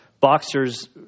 boxers